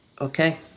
Okay